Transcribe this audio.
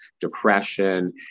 depression